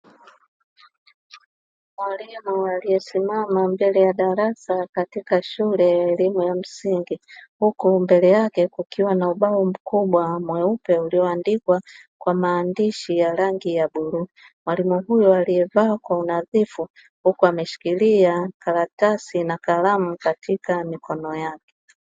Mwalimu aliyesimama mbele ya darasa katika shule ya elimu ya msingi huku mbele yake kukiwa na ubao mkubwa mweupe ulioandikwa kwa maandishi ya rangi ya bluu. Mwalimu huyo aliyevaa kwa unadhifu huku ameshikilia karatasi na kalamu katika mikono yake.